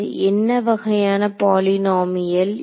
என்ன வகையான பாலிநாமியல் இது